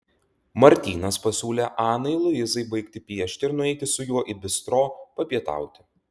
martynas pasiūlė anai luizai baigti piešti ir nueiti su juo į bistro papietauti